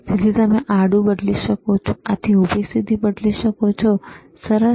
તેથી તમે આડું બદલી શકો છો તમે ઊભી સ્થિતિ બદલી શકો છો બરાબર આ સરસ